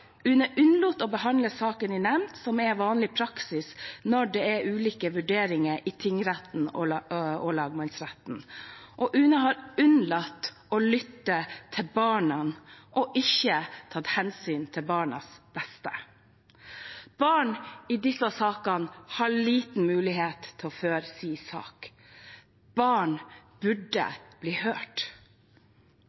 UNE unnlot å behandle saken i nemnd, som er vanlig praksis når det er ulike vurderinger i tingretten og lagmannsretten, og UNE har unnlatt å lytte til barna og ikke tatt hensyn til barnas beste. Barn i disse sakene har liten mulighet til å føre sin sak. Barn burde